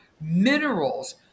minerals